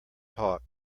talk